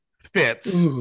Fits